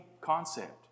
concept